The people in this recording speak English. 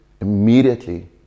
immediately